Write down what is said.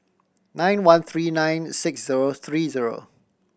nine one three nine six zero three zero